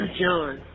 John